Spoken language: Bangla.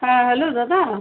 হ্যাঁ হ্যালো দাদা